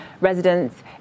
residents